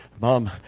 Mom